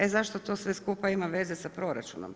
E zašto to sve skupa ima veze sa proračunom?